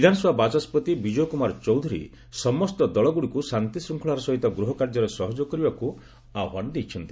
ବିଧାନସଭା ବାଚସ୍କତି ବିଜୟ କୁମାର ଚୌଧୁରୀ ସମସ୍ତ ଦଳଗୁଡ଼ିକୁ ଶାନ୍ତିଶୃଙ୍ଖଳାର ସହିତ ଗୃହ କାର୍ଯ୍ୟରେ ସହଯୋଗ କରିବାକୁ ଆହ୍ପାନ ଦେଇଛନ୍ତି